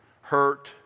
hurt